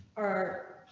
are